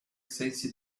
sensi